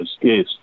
Yes